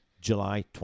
July